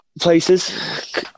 places